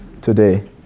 today